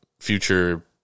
future